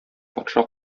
патша